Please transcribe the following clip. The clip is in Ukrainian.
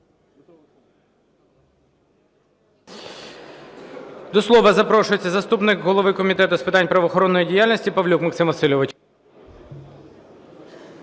До слова запрошується заступник голови Комітету з питань правоохоронної діяльності Павлюк Максим Васильович.